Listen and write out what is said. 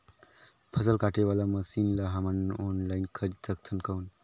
फसल काटे वाला मशीन ला हमन ऑनलाइन खरीद सकथन कौन?